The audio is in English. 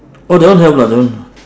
oh that one have lah that one